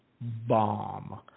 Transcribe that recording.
bomb